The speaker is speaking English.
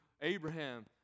Abraham